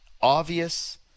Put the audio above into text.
obvious